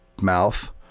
mouth